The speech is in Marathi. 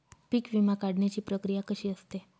पीक विमा काढण्याची प्रक्रिया कशी असते?